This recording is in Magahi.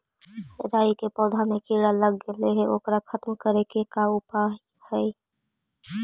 राई के पौधा में किड़ा लग गेले हे ओकर खत्म करे के का उपाय है?